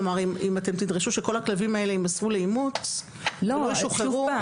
כלומר אם אתם תדרשו שכל הכלבים האלה ימסרו לאימוץ ולא ישוחררו,